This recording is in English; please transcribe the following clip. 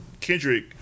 Kendrick